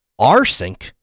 rsync